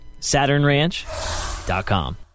SaturnRanch.com